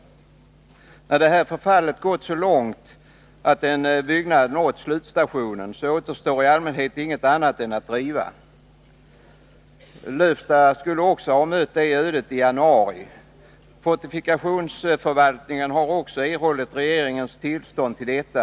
När förfallet har gått så långt att en byggnad nått slutstationen, återstår i allmänhet inget annat än att riva. Lövsta skulle också ha mött det ödet i januari. Fortifikationsförvaltningen har erhållit regeringens tillstånd till detta.